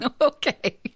Okay